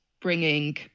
bringing